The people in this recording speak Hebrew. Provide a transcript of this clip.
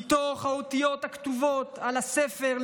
מתוך האותיות הכתובות על הספר,